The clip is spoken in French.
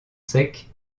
sec